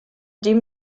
dem